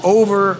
over